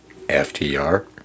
FTR